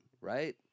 right